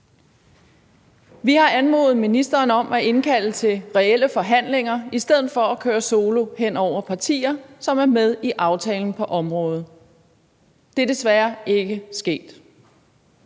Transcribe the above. Vi har anmodet ministeren om at indkalde til reelle forhandlinger i stedet for at køre solo hen over partier, som var med i aftalen på området. Det er desværre ikke sket.